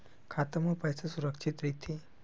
खाता मा पईसा सुरक्षित राइथे?